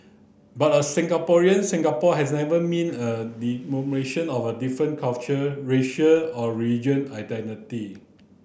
but a Singaporean Singapore has never meant a diminution of our different culture racial or religion identity